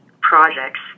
projects